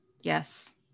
yes